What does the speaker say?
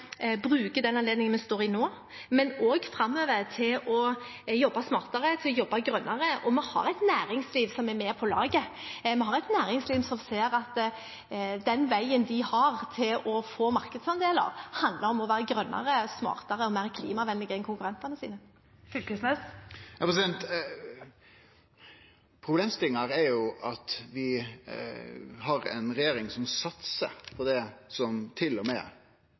den anledningen vi står i nå, men også framover, til å jobbe smartere, jobbe grønnere, og vi har et næringsliv som er med på laget. Vi har et næringsliv som ser at den veien de har til å få markedsandeler, handler om å være grønnere, smartere og mer klimavennlig enn konkurrentene. Torgeir Knag Fylkesnes – til oppfølgingsspørsmål. Problemstillinga her er jo at vi har ei regjering som satsar på det motsette av det som